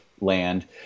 land